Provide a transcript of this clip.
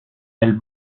elles